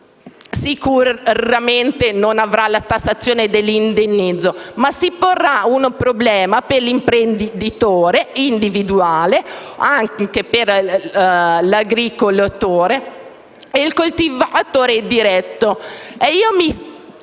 sicuramente non avrà la tassazione dell'indennizzo, ma si porrà il problema per l'imprenditore individuale, per l'agricoltore e anche per il coltivatore diretto.